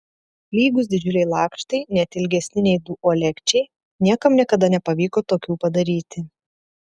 lygūs didžiuliai lakštai net ilgesni nei du uolekčiai niekam niekada nepavyko tokių padaryti